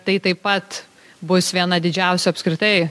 tai taip pat bus viena didžiausių apskritai